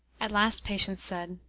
at last patience said,